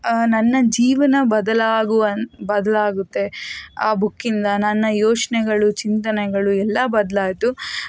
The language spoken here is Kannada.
ನನ್ನ ಜೀವನ ಬದಲಾಗುವ ಬದಲಾಗುತ್ತೆ ಆ ಬುಕ್ಕಿಂದ ನನ್ನ ಯೋಚನೆಗಳು ಚಿಂತನೆಗಳು ಎಲ್ಲ ಬದಲಾಯ್ತು